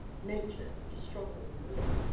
nature is stronger than we are.